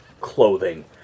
clothing